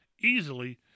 easily